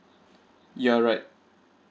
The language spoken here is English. you're right